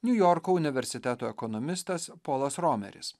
niujorko universiteto ekonomistas polas romeris